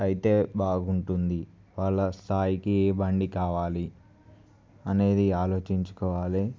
అయితే బాగుంటుంది వాళ్ళ స్థాయికి ఏ బండి కావాలి అనేది ఆలోచించుకోవాలి